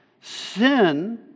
Sin